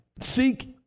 seek